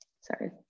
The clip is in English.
Sorry